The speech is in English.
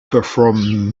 perform